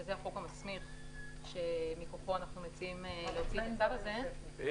שזה החוק המסמיך שמכוחו אנחנו מציעים להוציא את הצו הזה -- הנה,